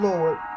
Lord